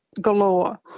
galore